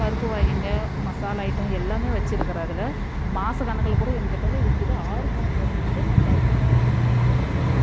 பருப்பு வகைங்க மசாலா ஐட்டோம் எல்லாம் வச்சிருக்குறேன் அதில் மாத கணக்கில் கூட எங்கிட்டலாம் இருக்குது ஆறு மாதம் வரைக்கும் கூட நான் பருப்புலாம் வச்சிருக்குறேன் ஃப்ரிட்ஜில்